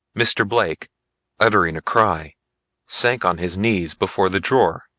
mr. blake uttering a cry sank on his knees before the drawer.